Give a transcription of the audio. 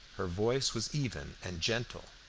her voice was even and gentle,